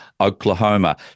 Oklahoma